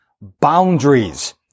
boundaries